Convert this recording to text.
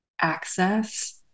access